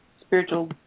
spiritual